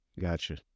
Gotcha